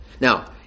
Now